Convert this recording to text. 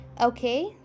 Okay